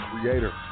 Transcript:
Creator